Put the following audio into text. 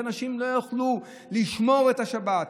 שאנשים לא יוכלו לשמור את השבת.